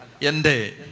yende